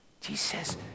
Jesus